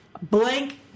Blank